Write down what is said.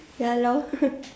ya lor